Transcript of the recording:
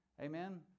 Amen